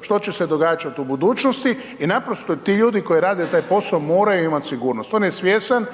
što će se događati u budućnosti. I naprosto ti ljudi koje rade taj posao morao imati sigurnost. On je svjestan